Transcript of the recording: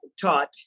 taught